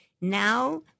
Now